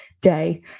day